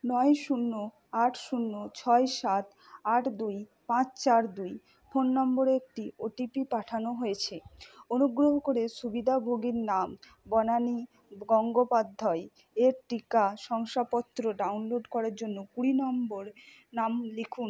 নয় শূন্য আট শূন্য ছয় সাত আট দুই পাঁচ চার দুই ফোন নম্বরে একটি ওটিপি পাঠানো হয়েছে অনুগ্রহ করে সুবিধাভোগীর নাম বনানী গঙ্গোপাধ্যায় এর টিকা শংসাপত্র ডাউনলোড করার জন্য কুড়ি নম্বর নাম লিখুন